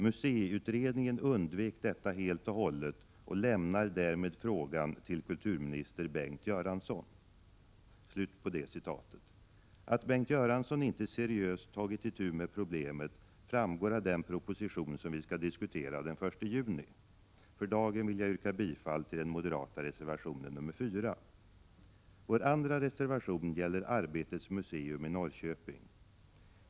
Museiutredningen undvek detta helt och hållet, och lämnar därmed frågan till kulturminister Bengt Göransson.” Att Bengt Göransson inte seriöst tagit itu med problemet framgår av den proposition som vi skall diskutera den 1 juni. För dagen vill jag yrka bifall till den moderata reservationen nr 4. Vår andra reservation gäller Arbetets museum i Norrköping.